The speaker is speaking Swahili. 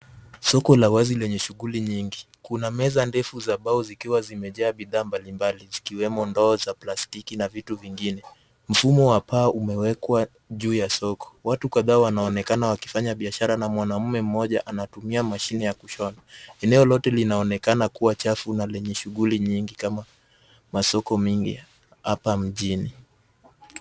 Soko la wazi lenye shughuli nyingi. Kuna meza ndefu za mbao zikiwa zimejaa bidhaa mbalimbali zikiwemo ndoo za plastiki na vitu vingine. Mfumo wa paa umewekwa juu ya soko. Watu kadhaa wanaonekana wakifanya biashara na mwanamume mmoja anatumia mashine ya kushona. Eneo lote linaonekana kuwa chafu na lenye shughuli nyingi kama masoko mingi hapa mjini.